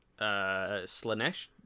Slanesh